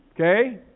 Okay